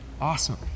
awesome